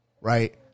Right